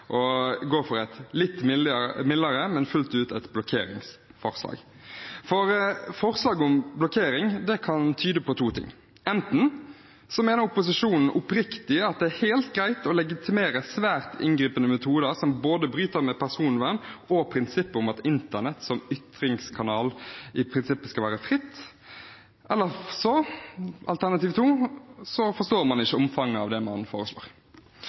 for et litt mildere forslag, men som fullt ut er et blokkeringsforslag. For forslaget om blokkering kan tyde på to ting: Enten mener opposisjonen oppriktig at det er helt greit å legitimere svært inngripende metoder som både bryter med personvernet og med prinsippet om at internett som ytringskanal skal være fritt, eller så forstår man ikke omfanget av det man foreslår.